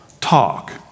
talk